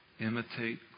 imitate